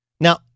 Now